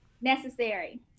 necessary